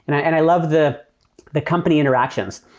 and i and i love the the company interactions.